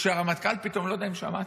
שכשהרמטכ"ל פתאום, לא יודע אם שמעת,